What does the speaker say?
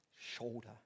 shoulder